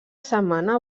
setmana